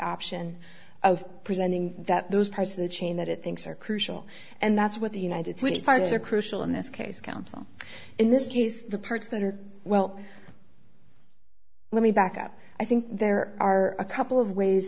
option of presenting that those parts of the chain that it thinks are crucial and that's what the united states parts are crucial in this case counsel in this case the parts that are well let me back up i think there are a couple of ways